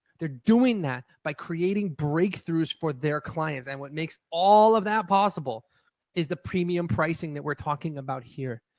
they're doing that by creating breakthroughs for their clients and what makes all of that possible is the premium pricing that we're talking about here.